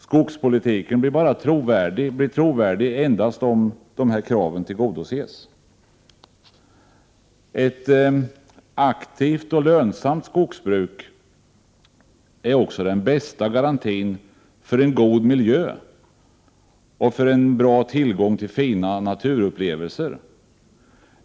Skogspolitiken blir trovärdig endast om dessa krav tillgodoses. Ett aktivt och lönsamt skogsbruk är också den bästa garantin för en god miljö och för tillgång till fina naturupplevelser.